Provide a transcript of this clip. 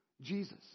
Jesus